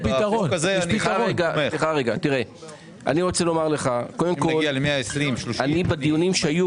אני רוצה לומר לך שאני בדיונים שהיו